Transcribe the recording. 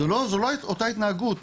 זו לא אותה התנהגות.